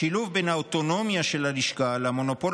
השילוב בין האוטונומיה של הלשכה למונופול